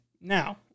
Now